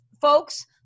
folks